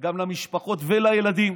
גם למשפחות ולילדים.